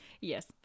Yes